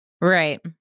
Right